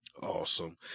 Awesome